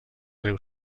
riu